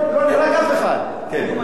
האיום האירני היחיד על הממשלה זה מופז.